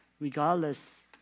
regardless